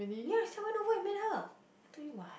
ya over and met her I told you [what]